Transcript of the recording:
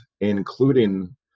including